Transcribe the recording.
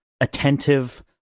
attentive